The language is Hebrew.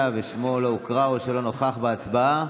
ושמו לא הוקרא או שלא נכח בהצבעה?